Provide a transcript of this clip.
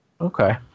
Okay